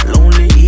Lonely